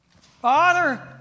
Father